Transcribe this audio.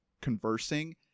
conversing